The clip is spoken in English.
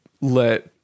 let